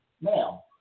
now